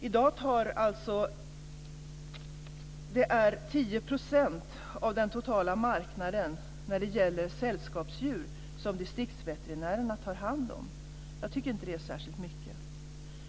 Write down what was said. I dag tar distriktsveterinärerna hand om 10 % av den totala marknaden när det gäller sällskapsdjur. Jag tycker inte att det är särskilt mycket.